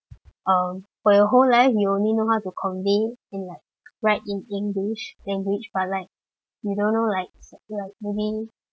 um for your whole life you only know how to convey and like write in english language but like you don't know like sa~ maybe